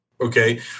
Okay